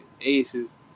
Aces